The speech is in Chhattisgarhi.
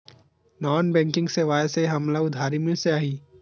नॉन बैंकिंग सेवाएं से हमला उधारी मिल जाहि?